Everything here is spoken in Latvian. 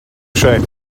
šeit